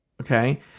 okay